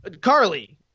Carly